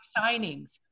signings